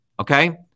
Okay